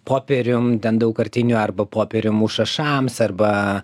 popierium ten daugkartiniu arba popierium šašams arba